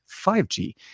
5G